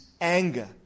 anger